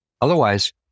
Otherwise